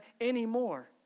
anymore